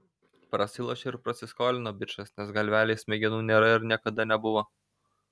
prasilošė ir prasiskolino bičas nes galvelėj smegenų nėra ir niekada nebuvo